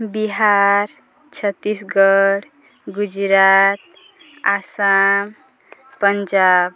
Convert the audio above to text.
Bihar Chhattisgarh Gujarat Assam Punjab